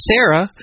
Sarah